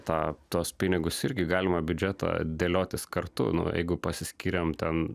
tą tuos pinigus irgi galima biudžetą dėliotis kartunu jeigu pasiskyrėm ten